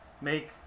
make